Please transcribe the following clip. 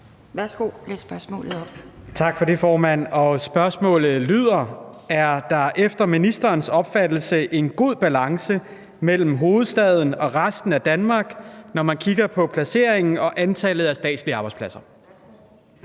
Aastrup Jensen (V): Tak for det, formand. Spørgsmålet lyder: Er der efter ministerens opfattelse en god balance mellem hovedstaden og resten af Danmark, når man kigger på placeringen og antallet af statslige arbejdspladser?